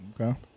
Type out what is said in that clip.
Okay